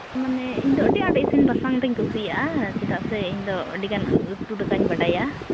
ᱢᱟᱱᱮ ᱤᱧᱫᱚ ᱟᱹᱰᱤ ᱟᱸᱴ ᱤᱥᱤᱱ ᱵᱟᱥᱟᱝ ᱫᱚᱧ ᱠᱩᱥᱤᱭᱟᱜᱼᱟ ᱪᱮᱫᱟᱜ ᱥᱮ ᱤᱧᱫᱚ ᱟᱹᱰᱤᱜᱟᱱ ᱩᱛᱩ ᱫᱟᱠᱟᱧ ᱵᱟᱰᱟᱭᱟ